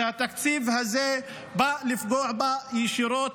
שהתקציב הזה בא לפגוע בה ישירות,